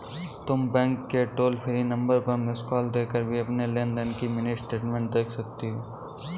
तुम बैंक के toll free number पर मिस्ड कॉल देकर भी अपनी लेन देन की मिनी स्टेटमेंट देख सकती हो